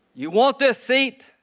you want this seat?